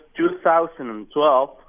2012